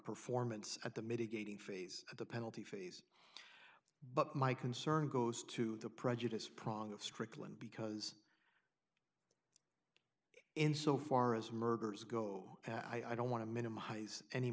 performance at the mitigating phase of the penalty phase but my concern goes to the prejudice prong of strickland because in so far as murders go i don't want to minimize any